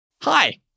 Hi